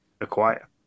acquire